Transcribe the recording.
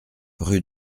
rue